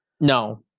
No